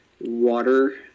water